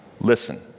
listen